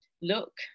look